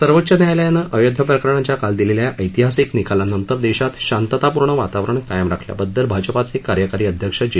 सर्वोच्च न्यायालयानं अयोध्या प्रकरणच्या काल दिलेल्या ऐतिहासिक निकालानंतर देशात शांततापूर्ण वातावरण कायम राखल्याबद्दल भाजपाचे कार्यकारी अध्यक्ष जे